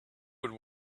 would